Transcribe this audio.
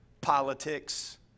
politics